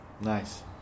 Nice